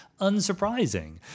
Unsurprising